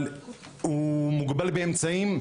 אבל הוא מוגבל באמצעים,